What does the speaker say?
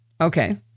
Okay